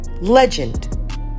legend